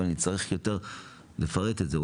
אבל אני צריך יותר לפרט את זה.